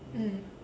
mm